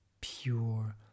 pure